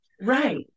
Right